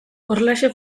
horrelaxe